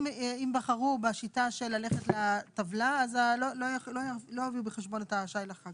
אם בחרו בשיטה של ללכת לטבלה אז לא הביאו בחשבון את השי לחג